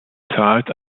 tat